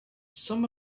some